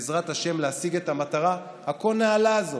בעזרת השם, להשיג את המטרה הכה-נעלה הזאת: